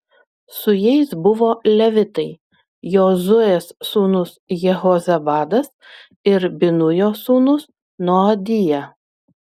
su jais buvo levitai jozuės sūnus jehozabadas ir binujo sūnus noadija